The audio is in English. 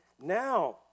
now